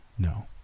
No